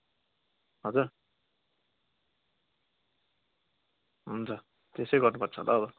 हजुर हुन्छ त्यसै गर्नुपर्छ होला हो अब